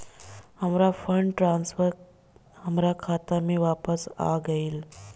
हमार fund transfer हमार खाता में वापस आ गइल